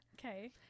okay